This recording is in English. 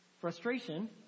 frustration